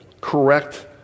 correct